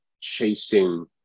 chasing